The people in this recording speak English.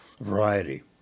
Variety